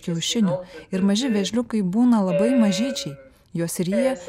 kiaušinių ir maži vėžliukai būna labai mažyčiai juos ryja